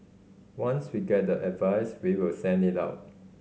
once we get the advice we will send it out